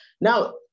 Now